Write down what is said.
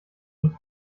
und